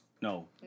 No